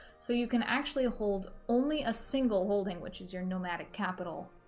so you can actually hold only a single holding, which is your nomadic capital